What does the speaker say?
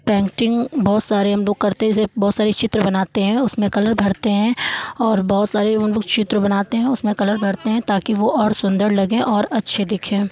painting बहोत सारे हम लोग करते थे बहोत सारी चित्र बनाते हैं उसमें कलर भरते हैं और बहोत सारे मतलब चित्र बनाते हैं उसमें कलर भरते हैं ताकि वो और सुन्दर लगे और अच्छे दिखें